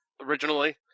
originally